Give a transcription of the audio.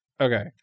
Okay